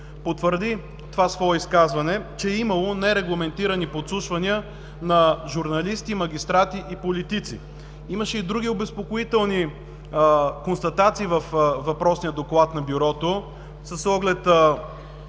потвърди в това свое изказване, че е имало нерегламентирани подслушвания на журналисти, магистрати и политици. Имаше и други обезпокоителни констатации във въпросния Доклад на Бюрото, с оглед